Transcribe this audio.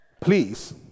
Please